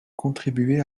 contribuer